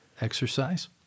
Exercise